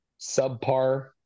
subpar